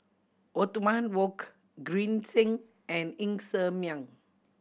Othman Wok Green Zeng and Ng Ser Miang